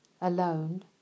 alone